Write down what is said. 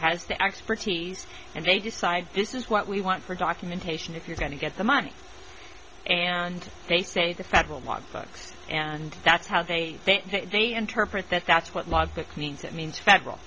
has the expertise and they decide this is what we want for documentation if you're going to get the money and they say the federal month x and that's how they they interpret that that's what